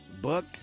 book